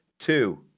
Two